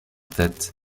tête